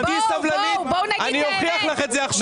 אם תהיי סבלנית אני אוכיח לך את זה עכשיו.